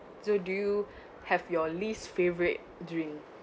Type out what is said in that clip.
so do you have your least favorite drink